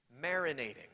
marinating